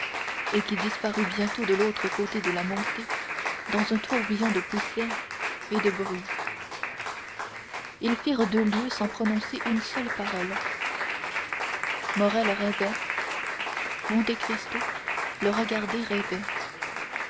et qui disparut bientôt de l'autre côté de la montée dans un tourbillon de poussière et de bruit ils firent deux lieues sans prononcer une seule parole morrel rêvait monte cristo le regardait rêver